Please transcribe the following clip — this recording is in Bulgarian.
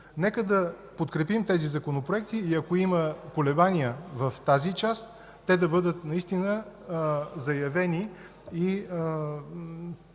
Нека да подкрепим тези законопроекти и ако има колебания в тази част, те да бъдат наистина заявени и